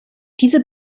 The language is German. diese